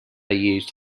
used